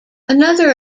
another